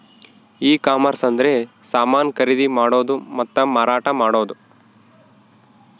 ಈ ಕಾಮರ್ಸ ಅಂದ್ರೆ ಸಮಾನ ಖರೀದಿ ಮಾಡೋದು ಮತ್ತ ಮಾರಾಟ ಮಾಡೋದು